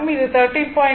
இது 13